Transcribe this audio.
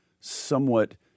somewhat